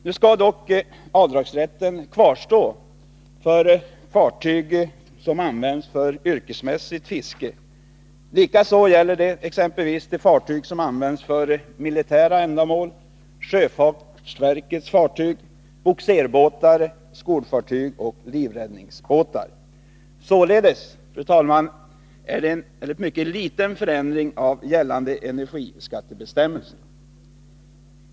Avdragsrätten skall dock kvarstå för fartyg som används för yrkesmässigt | fiske, likaså för fartyg som används för militära ändamål, sjöfartsverkets 32 fartyg, bogserbåtar, skolfartyg och livräddningsbåtar. Det är således fråga om en mycket liten förändring av gällande energiskattebestämmelser.